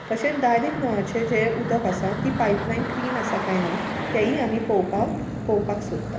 तशेंच डायरेक्ट नळाचें जें उदक आसा ती पायपलायन क्लीन आसा काय ना तेय आमी पळोवपाक पळोवपाक सोदता